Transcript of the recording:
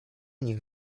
niech